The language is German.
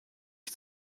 ich